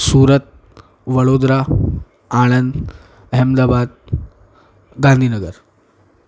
Surat Vadodara Anand Ahmedabad Gandhinagar